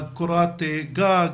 לקורת גג,